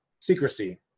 secrecy